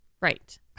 Right